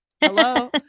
Hello